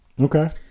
Okay